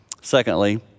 Secondly